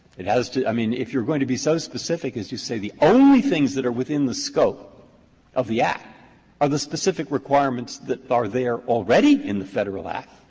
it has to i mean, if you're going to be so specific as to say the only things that are within the scope of the act are the specific requirements that are there already in the federal act,